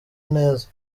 neza